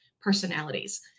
personalities